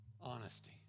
Honesty